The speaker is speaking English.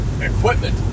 equipment